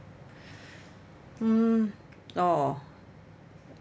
mm orh